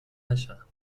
نشم